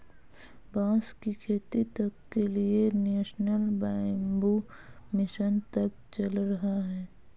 बांस की खेती तक के लिए नेशनल बैम्बू मिशन तक चल रहा है